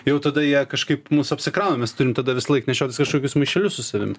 jau tada jie kažkaip mus apsikrauna mes turim tada visąlaik nešiotis kažkokius maišelius su savim